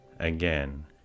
Again